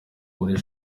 muri